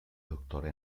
doctora